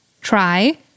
try